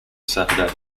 saturday